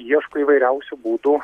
ieško įvairiausių būdų